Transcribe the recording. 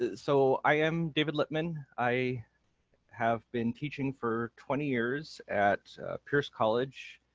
ah so i am david lippman, i have been teaching for twenty years at pierce college,